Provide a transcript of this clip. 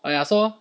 oh ya so